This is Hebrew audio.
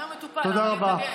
גם אם הוא מטופל, למה להתנגד?